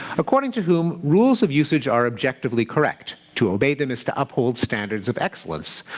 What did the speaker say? according to whom rules of usage are objectively correct. to obey them is to uphold standards of excellence.